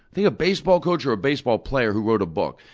think a baseball coach or a baseball player who wrote a book,